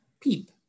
PEEP